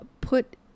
put